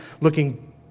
looking